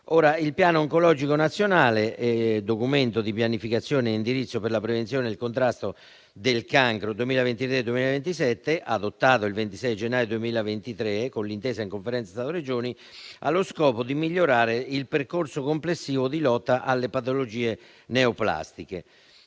Il Piano oncologico nazionale: documento di pianificazione e indirizzo per la prevenzione del contrasto del cancro 2023-2027, adottato il 26 gennaio 2023, con l'intesa in Conferenza Stato-Regioni, ha lo scopo di migliorare il percorso complessivo di lotta alle patologie neoplastiche,